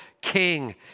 king